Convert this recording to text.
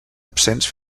absents